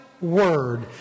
word